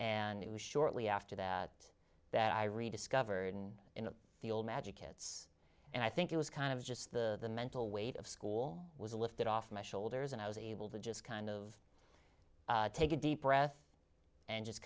and it was shortly after that that i rediscovered and in the old magic kits and i think it was kind of just the mental weight of school was lifted off my shoulders and i was able to just kind of take a deep breath and just